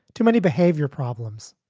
too many behavior problems.